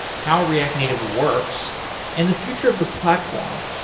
how react native works and the future of the platform.